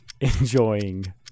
enjoying